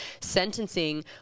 Sentencing